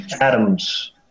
atoms